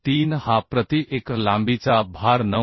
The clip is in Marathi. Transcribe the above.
3 हा प्रति एकक लांबीचा भार 9